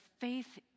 faith